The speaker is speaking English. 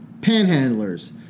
panhandlers